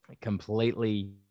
completely